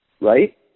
Right